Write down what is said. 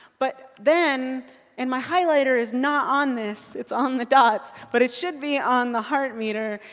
but then and my highlighter is not on this. it's on the dots. but it should be on the heart meter.